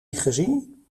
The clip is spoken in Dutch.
gezien